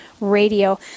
Radio